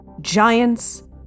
giants